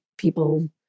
people